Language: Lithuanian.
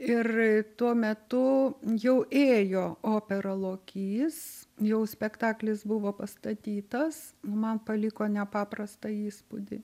ir tuo metu jau ėjo opera lokys jau spektaklis buvo pastatytas man paliko nepaprastą įspūdį